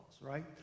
right